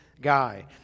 Guy